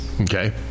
Okay